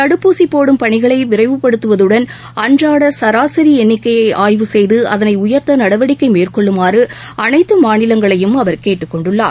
தடுப்பூசி போடும் பணிகளை விரைவுப்படுத்துவதுடன் அன்றாட சராசரி எண்ணிக்கையை ஆய்வு செய்து அதனை உயர்த்த நடவடிக்கை மேற்கொள்ளுமாறு அனைத்து மாநிலங்களையும் அவர் கேட்டுக் கொண்டுள்ளார்